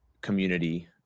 community